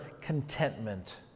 contentment